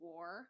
War